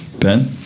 Ben